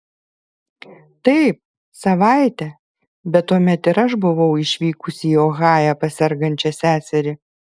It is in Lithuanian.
taip savaitę bet tuomet ir aš buvau išvykusi į ohają pas sergančią seserį